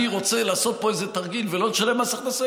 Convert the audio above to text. אני רוצה לעשות פה איזה תרגיל ולא לשלם מס הכנסה,